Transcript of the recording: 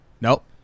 Nope